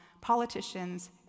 politicians